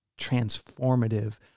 transformative